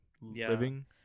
living